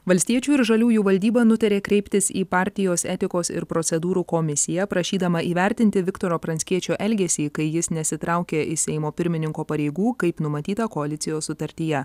valstiečių ir žaliųjų valdyba nutarė kreiptis į partijos etikos ir procedūrų komisiją prašydama įvertinti viktoro pranckiečio elgesį kai jis nesitraukia iš seimo pirmininko pareigų kaip numatyta koalicijos sutartyje